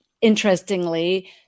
interestingly